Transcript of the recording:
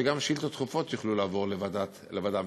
שגם שאילתות דחופות יוכלו לעבור לוועדה מסוימת,